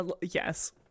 Yes